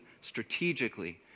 strategically